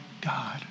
God